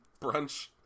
brunch